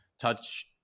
touch